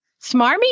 Smarmy